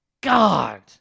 God